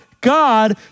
God